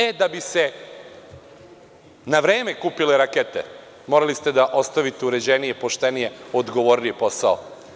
E, da bi se na vreme kupile rakete morali ste da ostavite uređeniji, pošteniji, odgovorniji posao.